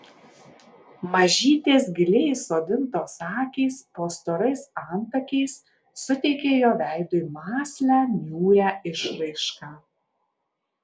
mažytės giliai įsodintos akys po storais antakiais suteikė jo veidui mąslią niūrią išraišką